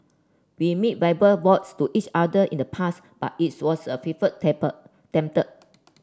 we made verbal vows to each other in the past but its was a